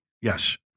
Yes